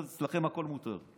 אצלכם הכול מותר.